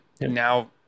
now